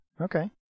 okay